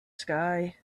sky